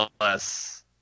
less